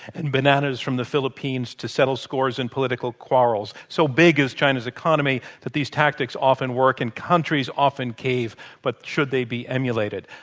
and bananas from the philippines to settle scores and political quarrels. so big is china's economy that these tactics often work and countries often cave. but should they be emulated?